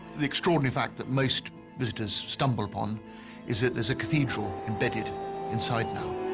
the extraordinary fact that most visitors stumble upon is that there's a cathedral embedded inside now